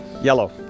Yellow